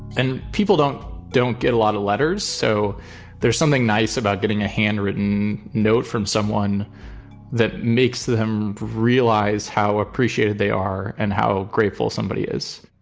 and people don't don't get a lot of letters. so there's something nice about getting a handwritten note from someone that makes them realize how appreciated they are and how grateful somebody is